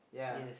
yes